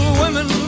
women